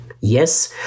Yes